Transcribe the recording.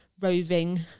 roving